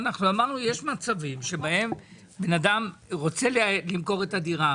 אנחנו אמרנו: יש מצבים בהם בן אדם רוצה למכור את הדירה,